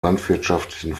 landwirtschaftlichen